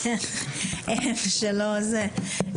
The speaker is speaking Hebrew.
בסדר.